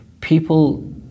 People